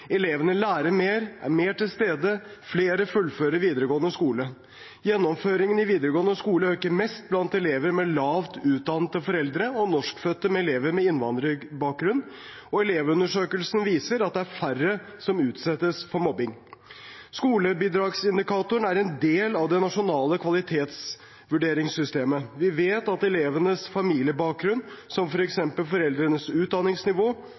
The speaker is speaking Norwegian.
Elevene lærer mer og er mer til stede, og flere fullfører videregående skole. Gjennomføringen i videregående øker mest blant elever med lavt utdannede foreldre og norskfødte elever med innvandrerbakgrunn. Og Elevundersøkelsen viser at det er færre som utsettes for mobbing. Skolebidragsindikatorene er en del av det nasjonale kvalitetsvurderingssystemet. Vi vet at elevenes familiebakgrunn, som f.eks. foreldrenes utdanningsnivå,